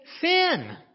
sin